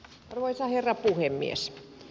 arvoisa herra puhemies